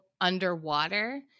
underwater